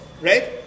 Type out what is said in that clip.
right